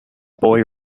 boy